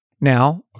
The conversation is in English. Now